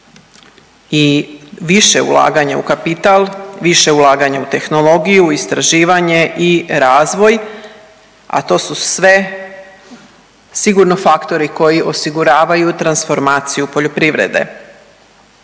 i više ulaganja u kapital, više ulaganja u tehnologiju, istraživanje i razvoj, a to su sve sigurno faktori koji osiguravaju transformaciju poljoprivrede.